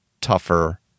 tougher